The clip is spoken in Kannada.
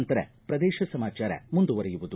ನಂತರ ಪ್ರದೇಶ ಸಮಾಚಾರ ಮುಂದುವರೆಯುವುದು